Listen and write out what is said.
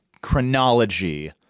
chronology